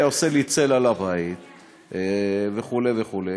עושה לי צל על הבית וכו' וכו',